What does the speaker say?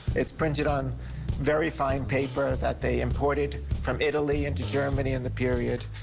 it's printed on very fine paper that they imported from italy into germany in the period.